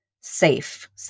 safe